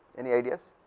any ideas.